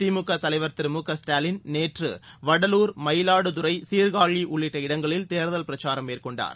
திமுக தலைவர் திரு மு க ஸ்டாலின் நேற்று வடலூர் மயிலாடுதுரை சீர்காழி உள்ளிட்ட இடங்களில் தேர்தல் பிரச்சாரம் மேற்கொண்டார்